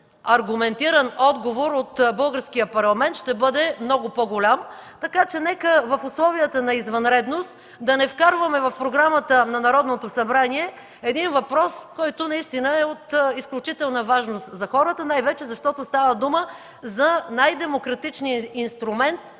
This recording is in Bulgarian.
аргументиран отговор от Българския парламент, ще бъде много по-голям. Нека в условията на извънредност да не вкарваме в програмата на Народното събрание един въпрос, който наистина е от изключителна важност за хората, най-вече защото става дума за най-демократичния инструмент